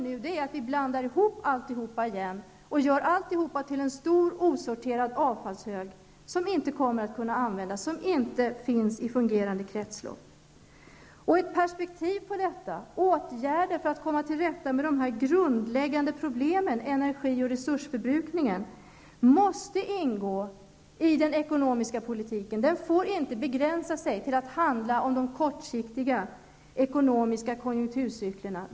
Nu blandar vi ihop allt detta igen och gör allt till en stor osorterad avfallshög som vi inte kommer att kunna använda och som inte finns i fungerande kretslopp. Ett perspektiv på detta och åtgärder för att komma till rätta med de grundläggande problemen -- energi och resursförbrukning -- måste ingå i den ekonomiska politiken. Den får inte begränsas till att handla om de kortsiktiga ekonomiska konjunkturcyklerna.